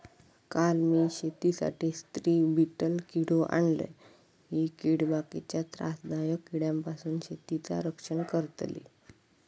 काल मी शेतीसाठी स्त्री बीटल किडो आणलय, ही कीड बाकीच्या त्रासदायक किड्यांपासून शेतीचा रक्षण करतली